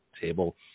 table